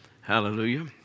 Hallelujah